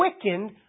quickened